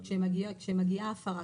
כשמגיעה הפרה,